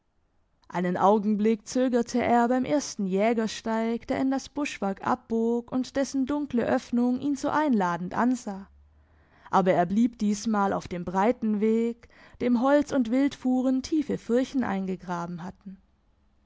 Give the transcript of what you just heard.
einen augenblick zögerte er beim ersten jägersteig der in das buschwerk abbog und dessen dunkle öffnung ihn so einladend ansah aber er blieb diesmal auf dem breiten weg dem holz und wildfuhren tiefe furchen eingegraben hatten